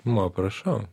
va prašau